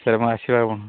sir ମୁଁ ଆସିବା